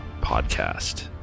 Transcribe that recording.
podcast